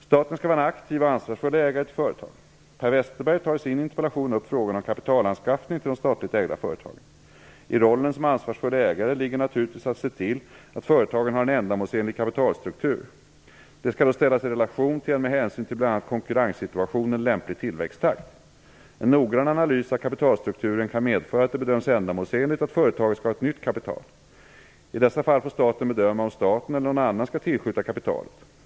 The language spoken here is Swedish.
Staten skall vara en aktiv och ansvarsfull ägare till företag. Per Westerberg tar i sin interpellation upp frågan om kapitalanskaffning till de statligt ägda företagen. I rollen som ansvarsfull ägare ligger naturligtivis att se till att företagen har en ändamålsenlig kapitalstruktur. Detta skall då ställas i relation till en med hänsyn till bl.a. konkurrenssituationen lämplig tillväxttakt. En noggrann analys av kapitalstrukturen kan medföra att det bedöms ändamålsenligt att företaget skall ha nytt kapital. I dessa fall får staten bedöma om staten eller någon annan skall tillskjuta kapitalet.